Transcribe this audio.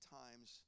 times